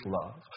love